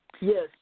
Yes